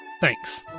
Thanks